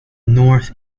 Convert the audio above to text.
north